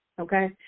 okay